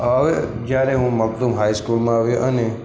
હવે જયારે હું મગ્ધુમ હાઇસ્કૂલમાં આવ્યો અને